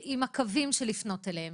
עם הקווים לפנות אליהם.